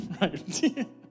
right